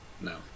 No